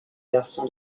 garçon